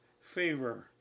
favor